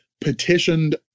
petitioned